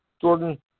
Jordan